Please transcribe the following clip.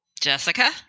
Jessica